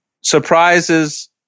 surprises